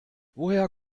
woher